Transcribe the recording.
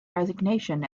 resignation